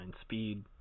speed